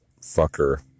fucker